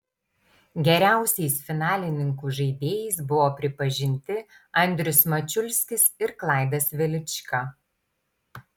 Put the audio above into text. geriausiais finalininkų žaidėjais buvo pripažinti andrius mačiulskis ir klaidas velička